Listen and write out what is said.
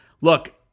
Look